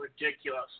ridiculous